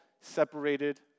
separated